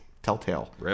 Telltale